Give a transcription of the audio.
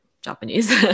Japanese